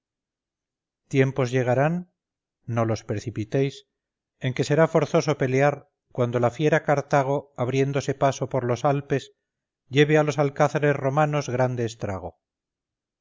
tiempos llegarán no los precipitéis en que será forzoso pelear cuando la fiera cartago abriéndose paso por los alpes lleve a los alcázares romanos grande estrago